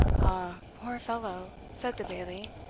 ah, poor fellow! said the bailie,